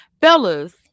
Fellas